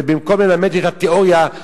ובמקום ללמד רק תיאוריה,